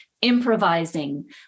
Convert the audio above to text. improvising